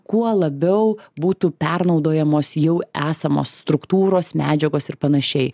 kuo labiau būtų pernaudojamos jau esamos struktūros medžiagos ir panašiai